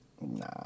Nah